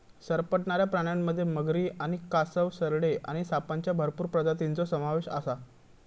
सरपटणाऱ्या प्राण्यांमध्ये मगरी आणि कासव, सरडे आणि सापांच्या भरपूर प्रजातींचो समावेश आसा